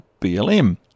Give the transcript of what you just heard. BLM